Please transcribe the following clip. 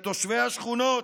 של תושבי השכונות,